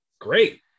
Great